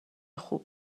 خوب